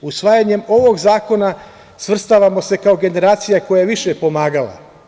Usvajanjem ovog zakona svrstavamo se kao generacija koja je više pomagala.